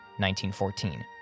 1914